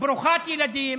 ברוכת ילדים